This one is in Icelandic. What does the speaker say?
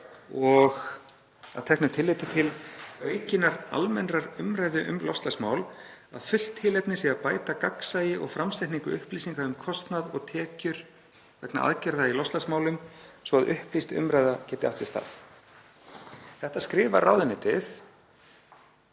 og með tilliti til aukinnar almennrar umræðu um loftslagsmál að fullt tilefni sé til að bæta gagnsæi og framsetningu upplýsinga um kostnað og tekjur vegna aðgerða í loftslagsmálum svo að upplýst umræða geti átt sér stað.“ Þetta skrifaði ráðuneytið